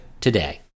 today